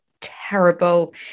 terrible